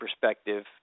perspective